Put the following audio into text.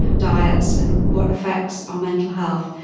diets and what affects our mental health.